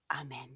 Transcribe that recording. Amen